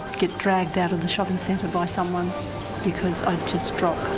get dragged out of the shopping centre by someone because i'd just dropped.